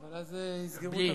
בלי.